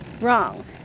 wrong